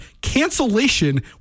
Cancellation